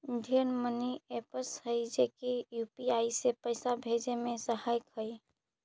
ढेर money apps हई जे की यू.पी.आई से पाइसा भेजे में सहायक हई